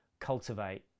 cultivate